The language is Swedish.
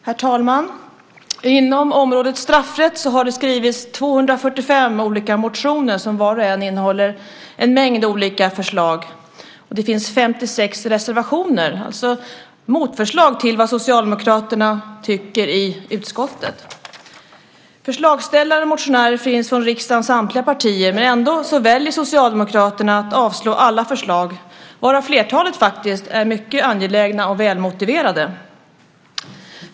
Herr talman! Inom området straffrätt har det skrivits 245 olika motioner som var och en innehåller en mängd olika förslag. Det finns 56 reservationer, det vill säga motförslag till vad socialdemokraterna tycker i utskottet. Förslagsställare och motionärer finns från riksdagens samtliga partier. Men ändå väljer socialdemokraterna att avstyrka alla förslag, varav flertalet är mycket angelägna och välmotiverade.